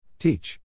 Teach